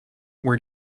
where